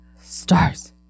stars